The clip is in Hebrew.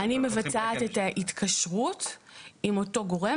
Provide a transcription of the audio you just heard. אני מבצעת את ההתקשרות עם אותו גורם,